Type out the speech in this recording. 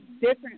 different